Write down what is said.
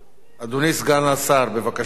אדוני סגן השר, בבקשה.